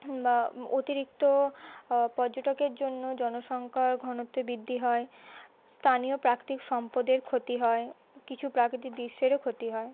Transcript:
বা অতিরিক্ত পর্যটকের জন্য জনসখ্যার ঘনত্বের বৃদ্ধি হয় স্থানীয় প্রাকৃতিক সম্পদের ক্ষতি হয় কিছু প্রাকৃতিক দৃশ্যেরও ক্ষতি হয়